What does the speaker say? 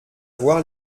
voir